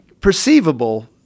perceivable